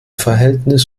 verhältnis